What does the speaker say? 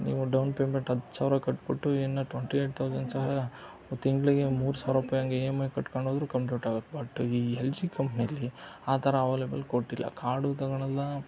ನೀವು down payment ಹತ್ತು ಸಾವಿರ ಕಟ್ಟಿ ಬಿಟ್ಟು ಇನ್ನು ಟ್ವಂಟಿ ಯೈಟ್ ತೌಸಂಡ್ ಸಾವಿರ ತಿಂಗಳಿಗೆ ಮೂರು ಸಾವಿರ ರೂಪಾಯಿ ಹಾಗೆ ಇ ಎಮ್ ಐ ಕಟ್ಕೊಂಡು ಹೋದ್ರೂ ಕಂಪ್ಲೀಟ್ ಆಗುತ್ತೆ ಬಟ್ ಈ ಹೆಲ್ ಜಿ ಕಂಪ್ನಿಯಲ್ಲಿ ಆ ಥರ ಅವಲೇಬಲ್ ಕೊಟ್ಟಿಲ್ಲ ಕಾರ್ಡು ತಗೊಳಲ್ಲ